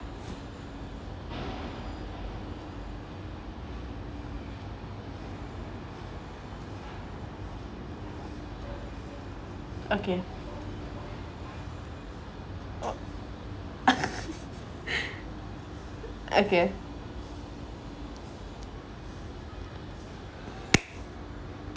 okay oh okay